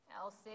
Elsie